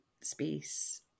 space